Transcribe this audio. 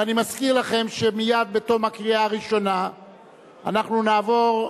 ואני מזכיר לכם שמייד בתום הקריאה הראשונה אנחנו נעבור,